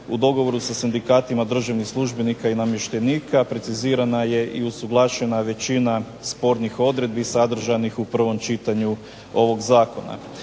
u dogovoru sa sindikatima državnih službenika i namještenika precizirana je i usuglašena većina spornih odredbi sadržanih u prvom čitanju ovog zakona.